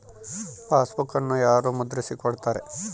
ಪಾಸ್ಬುಕನ್ನು ಯಾರು ಮುದ್ರಿಸಿ ಕೊಡುತ್ತಾರೆ?